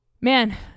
Man